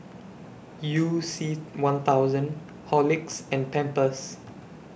YOU C one thousand Horlicks and Pampers